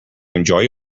enjoy